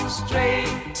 straight